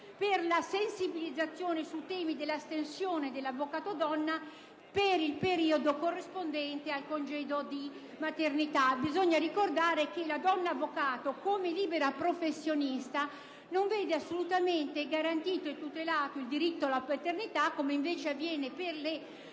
per la sensibilizzazione sui temi dell'astensione dell'avvocato donna per il periodo corrispondente al congedo di maternità. Bisogna ricordare che la donna avvocato, come libera professionista, non vede assolutamente garantito e tutelato il diritto alla maternità, come avviene invece per le